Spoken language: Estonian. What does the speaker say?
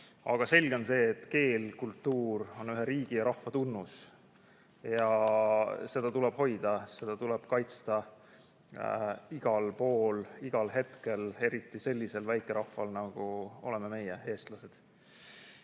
Aga selge on see, et keel ja kultuur on ühe riigi ja rahva tunnus ja seda tuleb hoida, seda tuleb kaitsta igal pool, igal hetkel, eriti sellisel väikerahval, nagu oleme meie, eestlased. Minul